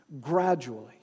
Gradually